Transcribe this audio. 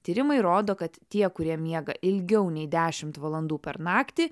tyrimai rodo kad tie kurie miega ilgiau nei dešimt valandų per naktį